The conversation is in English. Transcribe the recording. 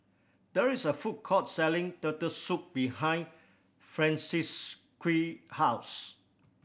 there is a food court selling Turtle Soup behind Francisqui house